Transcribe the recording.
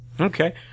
Okay